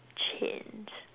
change